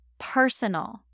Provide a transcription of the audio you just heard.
personal